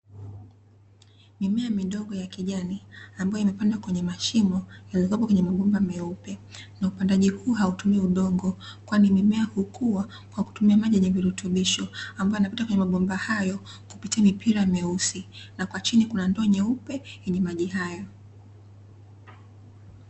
Mimea midogo ya kijani ambayo imapandwa kwenye mashimo, na imapangwa kwenye mabomba meupe, na upandaji huu hatumii udongo kwani mimea hukua kwa kutumia maji yenye virutubisho, ambayo yamepita kwenye mabomba hayo kupitia mipira myeusi na kwa chini kuna ndoo nyeupe yenye maji hayo.